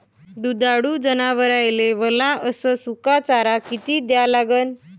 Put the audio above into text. दुधाळू जनावराइले वला अस सुका चारा किती द्या लागन?